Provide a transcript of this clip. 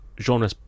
genre